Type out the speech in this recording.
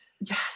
Yes